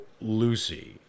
Lucy